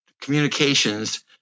communications